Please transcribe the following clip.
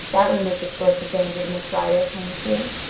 that removes a source of danger to miss rider, ling chu.